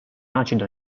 acido